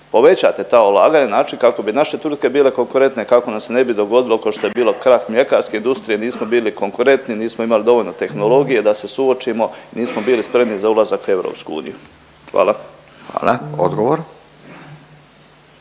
povećate ta ulaganja na način kako bi naše tvrtke bile konkurentne, kako nam se ne bi dogodilo kao što je bilo krah mljekarske industrije, nismo bili konkurentni, nismo imali dovoljno tehnologije da se suočimo, nismo bili spremni za ulazak u EU. Hvala. **Radin,